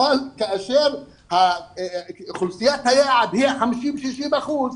כאשר אוכלוסיית היעד היא 60-50 אחוזים,